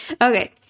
okay